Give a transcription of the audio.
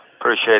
Appreciate